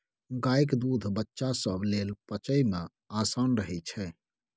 गायक दूध बच्चा सब लेल पचइ मे आसान रहइ छै